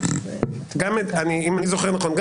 אם אני זוכר נכון,